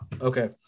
Okay